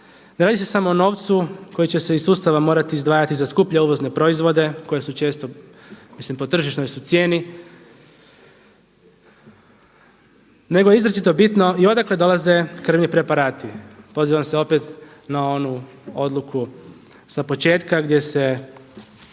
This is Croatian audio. Ne radi se samo o novcu koji će se iz sustava morati izdvajati za skuplje uvozne proizvode koji su često, mislim po tržišnoj su cijeni, nego je izrazito bitno i odakle dolaze krvni preparati. Pozivam se opet na onu odluku sa početka gdje se,